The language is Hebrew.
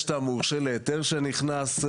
יש את המורשה להיתר שנכנס,